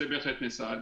זה בהחלט נעשה.